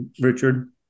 Richard